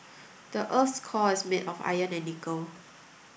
the earth's core is made of iron and nickel